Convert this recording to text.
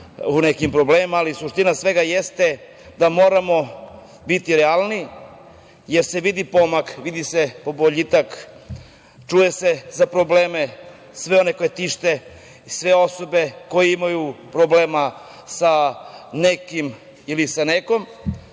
u nekim problemima. Suština svega jeste da moramo biti realniji jer se vidi pomak, vidi se boljitak, čuje se za probleme, sve one koje tište sve osobe koje imaju problema sa nekim ili sa nekom.